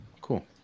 cool